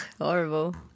horrible